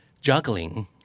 juggling